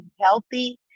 healthy